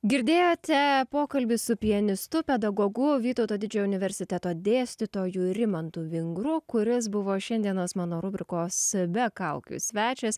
girdėjote pokalbį su pianistu pedagogu vytauto didžiojo universiteto dėstytoju rimantu vingru kuris buvo šiandienos mano rubrikos be kaukių svečias